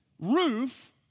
roof